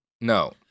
No